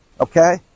okay